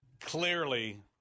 Clearly